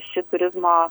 ši turizmo